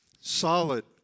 solid